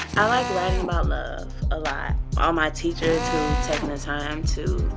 i like writing about love, a lot. all my teachers, who taken the time to,